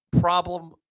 problem